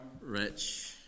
rich